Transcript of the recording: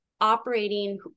operating